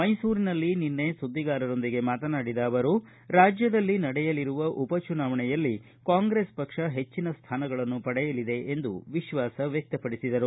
ಮೈಸೂರಿನಲ್ಲಿ ನಿನ್ನೆ ಸುದ್ದಿಗಾರರೊಂದಿಗೆ ಮಾತನಾಡಿದ ಅವರು ರಾಜ್ಯದಲ್ಲಿ ನಡೆಯಲಿರುವ ಉಪಚುನಾವಣೆಯಲ್ಲಿ ಕಾಂಗ್ರೆಸ್ ಪಕ್ಷ ಹೆಚ್ಚಿನ ಸ್ಥಾನಗಳನ್ನು ಪಡೆಯಲಿದೆ ಎಂದು ವಿಶ್ವಾಸ ವ್ಯಕ್ತಪಡಿಸಿದರು